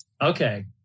okay